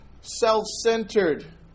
self-centered